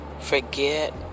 forget